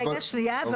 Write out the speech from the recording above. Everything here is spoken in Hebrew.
רגע, שנייה.